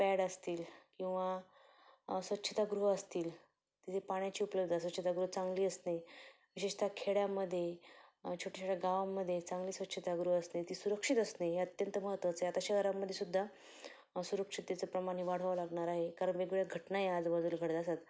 pad असतील किंवा स्वच्छतागृह असतील तिथे पाण्याची उपलब्धता स्वच्छतागृह चांगली असणे विशेषतः खेड्यामध्ये छोट्या छोट्या गावाांमध्ये चांगली स्वच्छतागृह असते ती सुरक्षित असणे हे अत्यंत महत्त्वाचं आहे आता शहरांमध्ये सुद्धा सुरक्षिततेचं प्रमाण हे वाढवावं लागणार आहे कारण वेगवेगळ्या घटना आहे आजबाजूला घडत असतात